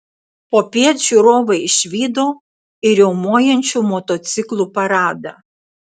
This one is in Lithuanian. popiet žiūrovai išvydo ir riaumojančių motociklų paradą